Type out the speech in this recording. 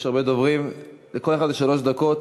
יש הרבה דוברים, לכל אחד יש שלוש דקות.